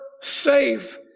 safe